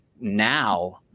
now